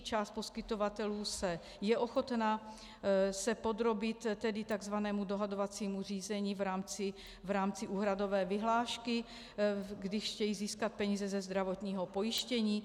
Část poskytovatelů je ochotna se podrobit takzvaném dohadovacímu řízení v rámci úhradové vyhlášky, když chtějí získat peníze ze zdravotního pojištění.